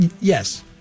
yes